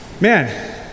Man